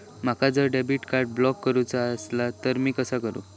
माका जर debit card block करूचा असला तर मी काय करू?